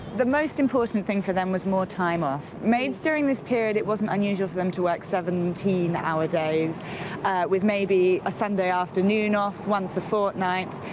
the most important thing for them was more time off. maids during this period, it wasn't unusual to work seventeen hour days with maybe a sunday afternoon off once a fortnight.